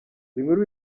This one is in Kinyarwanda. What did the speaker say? inkuru